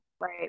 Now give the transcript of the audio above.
right